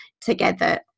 together